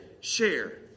share